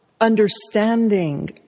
understanding